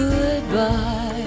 Goodbye